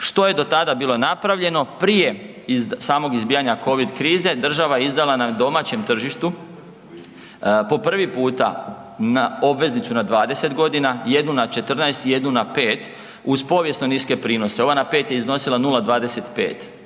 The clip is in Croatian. Što je do tada bilo napravljeno prije samog izbijanja Covid krize država je izdala na domaćem tržištu po prvi puta obveznicu na 20 godina, 1 na 14 i 1 na 5 uz povijesno niske prinose. Ova na 5 je iznosila 025,